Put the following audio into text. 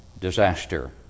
disaster